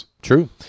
True